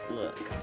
look